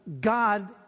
God